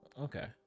okay